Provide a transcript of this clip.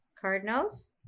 Cardinals